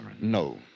No